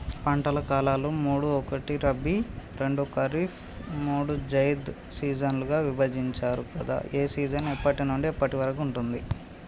పంటల కాలాలు మూడు ఒకటి రబీ రెండు ఖరీఫ్ మూడు జైద్ సీజన్లుగా విభజించారు కదా ఏ సీజన్ ఎప్పటి నుండి ఎప్పటి వరకు ఉంటుంది?